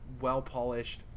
well-polished